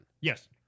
Yes